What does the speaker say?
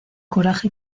coraje